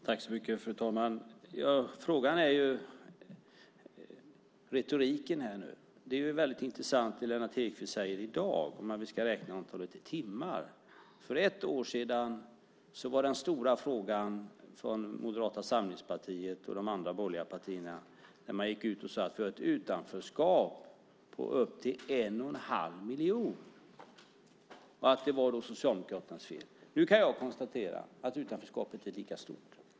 Fru talman! Nu är det fråga om retorik. Det är intressant att i dag höra Lennart Hedquist säga att vi ska räkna antalet timmar. För ett år sedan var den stora frågan att Moderata samlingspartiet och de andra borgerliga partierna gick ut och sade att vi har ett utanförskap på upp till en och en halv miljon och att det är Socialdemokraternas fel. Jag kan konstatera att utanförskapet nu är lika stort.